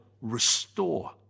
restore